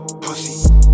Pussy